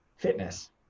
fitness